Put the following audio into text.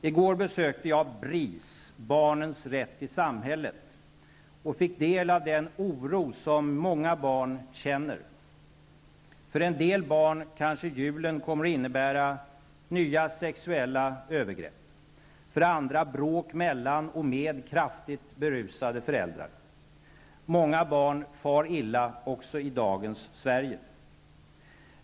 I går besökte jag BRIS, Barnens rätt i samhället, och fick ta del av den oro som många barn känner. För en del barn kanske julen kommer att innebära nya sexuella övergrepp, för andra bråk mellan och med kraftigt berusade föräldrar. Många barn far illa också i dagens Sverige.